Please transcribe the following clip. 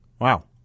Wow